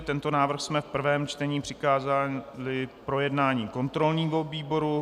Tento návrh jsme v prvém čtení přikázali k projednání kontrolnímu výboru.